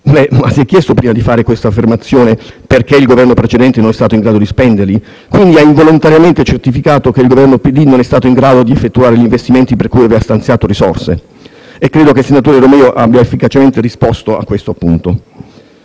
Governo, prima di fare questa affermazione si è chiesto perché il Governo precedente non è stato in grado di spenderli? Egli ha involontariamente certificato che il Governo del Partito democratico non è stato in grado di effettuare gli investimenti per cui aveva stanziato risorse. Credo che il senatore Romeo abbia efficacemente risposto a questo punto.